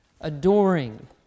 adoring